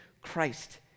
Christ